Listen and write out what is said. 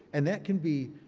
and that can be,